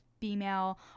female